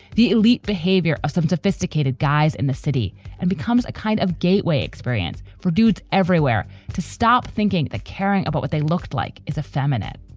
the elite behavior of some sophisticated guys in the city and becomes a kind of gateway experience for dudes everywhere to stop thinking, caring about what they looked like is effeminate